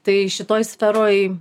tai šitoj sferoj